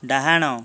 ଡାହାଣ